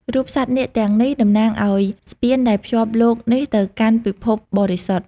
រូបសត្វនាគទាំងនេះតំណាងឱ្យស្ពានដែលភ្ជាប់លោកនេះទៅកាន់ពិភពបរិសុទ្ធ។